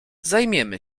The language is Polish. zajmiemy